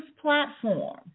platform